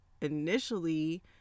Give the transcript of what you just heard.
initially